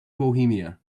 bohemia